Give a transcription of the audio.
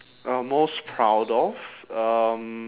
uh most proud of um